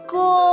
go